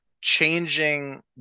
changing